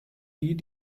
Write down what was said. die